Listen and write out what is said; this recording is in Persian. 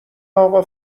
اقا